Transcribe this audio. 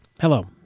Hello